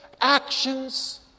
actions